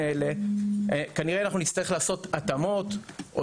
כנראה אנחנו נצטרך לעשות התאמות או